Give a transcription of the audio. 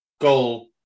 goal